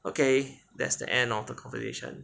okay that's the end of the conversation